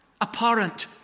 apparent